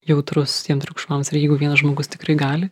jautrus tiem triukšmams ir jeigu vienas žmogus tikrai gali